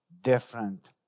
different